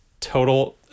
total